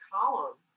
column